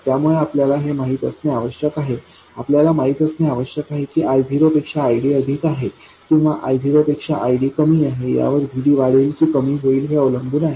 त्यामुळे आपल्याला हे माहित असणे आवश्यक आहे आपल्याला माहित असणे आवश्यक आहे की I0 पेक्षा ID अधिक आहे किंवा I0 पेक्षा ID कमी आहे यावर VD वाढेल की कमी होईल हे अवलंबून आहे